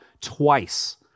twice